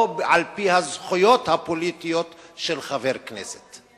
לא על-פי הזכויות הפוליטיות של חברי הכנסת.